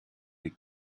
les